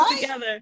together